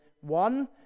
one